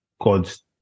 God's